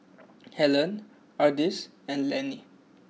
Hellen Ardis and Lennie